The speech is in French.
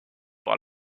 par